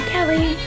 Kelly